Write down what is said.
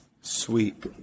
Sweet